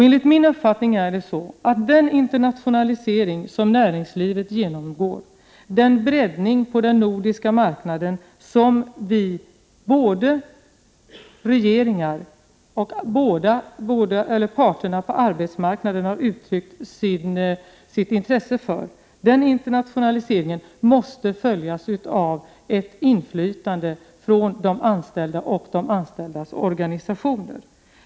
Enligt min uppfattning måste den internationalisering som näringslivet genomgår och den breddning på den nordiska marknaden som både regeringar och parterna på arbetsmarknaden har uttryckt sitt intresse för måste följas av ett inflytande för de anställda och de anställdas organisationer.